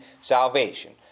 salvation